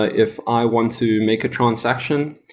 ah if i want to make a transaction,